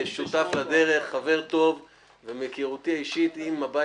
אם הבית היהודי יעשו בשכל וימנו אותך למספר ראשון ברשימה,